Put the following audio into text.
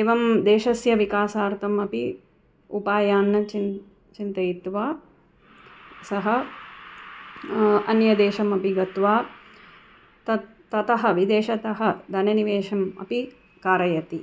एवं देशस्य विकासार्थम् अपि उपायान् चिन् चिन्तयित्वा सः अन्यदेशमपि गत्वा तत् ततः विदेशतः धननिवेशम् अपि कारयति